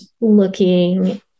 looking